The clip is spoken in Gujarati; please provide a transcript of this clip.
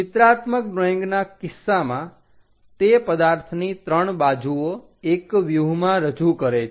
ચિત્રાત્મક ડ્રોઈંગના કિસ્સામાં તે પદાર્થની 3 બાજુઓ એક વ્યૂહમાં રજૂ કરે છે